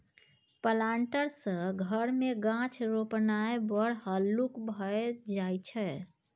planter सँ घर मे गाछ रोपणाय बड़ हल्लुक भए जाइत छै